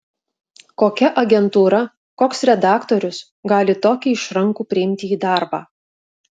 kokia agentūra koks redaktorius gali tokį išrankų priimti į darbą